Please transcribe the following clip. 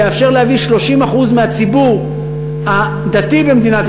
זה יאפשר להביא 30% מהציבור הדתי במדינת